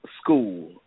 school